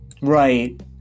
Right